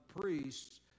priests